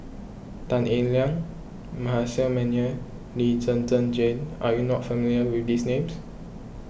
Tan Eng Liang Manasseh Meyer Lee Zhen Zhen Jane are you not familiar with these names